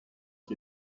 qui